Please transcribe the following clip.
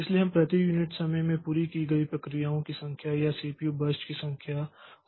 इसलिए हम प्रति यूनिट समय में पूरी की गई प्रक्रियाओं की संख्या या सीपीयू बर्स्ट की संख्या को देख सकते हैं